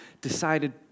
decided